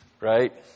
right